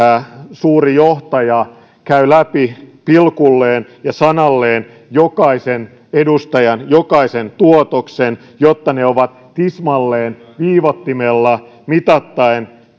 suuri johtaja käy läpi pilkulleen ja sanalleen jokaisen edustajan jokaisen tuotoksen jotta ne ovat tismalleen viivoittimella mitaten